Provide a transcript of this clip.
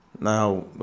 Now